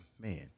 man